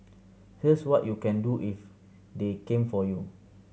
here's what you can do if they came for you